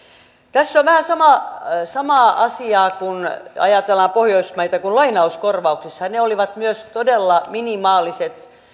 tässä on vähän samaa samaa asiaa kun ajatellaan pohjoismaita kuin lainauskorvauksissa ne olivat myös todella minimaaliset